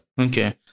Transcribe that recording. Okay